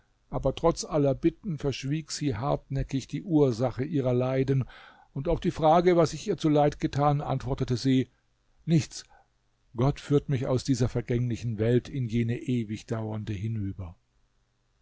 aber trotz aller bitten verschwieg sie hartnäckig die ursache ihrer leiden und auf die frage was ich ihr zuleid getan antwortete sie nichts gott führt mich aus dieser vergänglichen welt in jene ewigdauernde hinüber